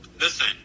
Listen